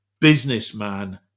businessman